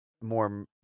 more